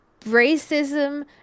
racism